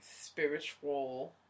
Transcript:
spiritual